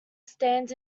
stands